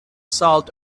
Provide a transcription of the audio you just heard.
salt